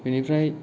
बेनिफ्राइ